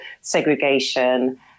segregation